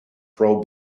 pro